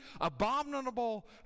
abominable